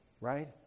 right